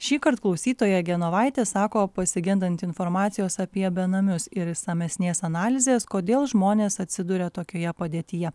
šįkart klausytoja genovaitė sako pasigendanti informacijos apie benamius ir išsamesnės analizės kodėl žmonės atsiduria tokioje padėtyje